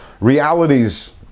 realities